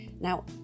Now